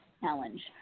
challenge